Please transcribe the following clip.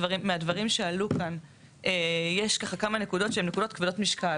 מהדברים שעלו כאן יש ככה כמה נקודות שהן נקודות כבדות משקל